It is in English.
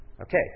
Okay